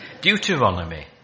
Deuteronomy